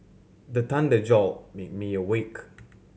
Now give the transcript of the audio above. the thunder jolt me awake